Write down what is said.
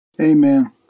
Amen